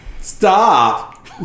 Stop